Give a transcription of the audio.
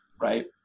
right